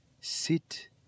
sit